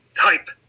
type